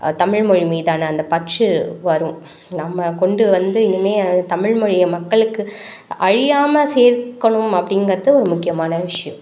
தமிழ்மொழி மீதான அந்த பற்று வரும் நம்ம கொண்டு வந்து இனிமே தமிழ்மொழியை மக்களுக்கு அழியாமல் சேர்க்கணும் அப்படிங்கறது ஒரு முக்கியமான விஷயம்